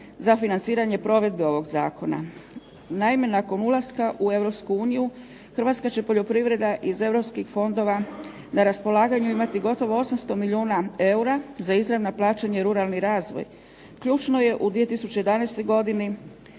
za financiranje provedbe ovog Zakona. Naime, nakon ulaska u Europsku uniju Hrvatska će poljoprivreda iz Europskih fondova na raspolaganju imati gotovo 800 milijuna eura, za izravna plaćanja i ruralni razvoj. Ključno je u 2011. godini